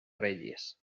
reyes